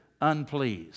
unpleased